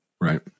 Right